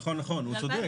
נכון, הוא צודק.